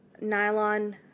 nylon